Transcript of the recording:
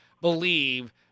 believe